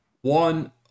one